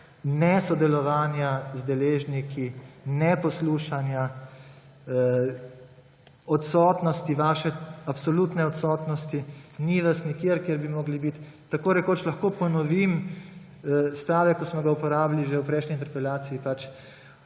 nesodelovanja z deležniki, neposlušanja, odsotnosti, vaše absolutne odsotnosti, ni vas nikjer, kjer bi morali biti. Tako rekoč lahko ponovim stavek, ki smo ga uporabili že v prejšnji interpelaciji pač,